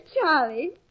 Charlie